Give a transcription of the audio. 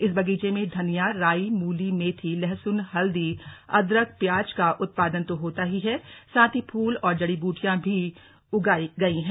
इस बगीचे में धनिया राई मूली मेथी लहसुन हल्दी अदरख प्याज का उत्पादन तो होता ही है साथ ही फूल और जड़ी बूटियां भी उगाई गई हैं